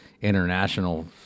international